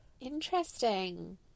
Interesting